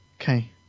Okay